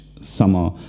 summer